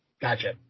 gotcha